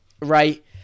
right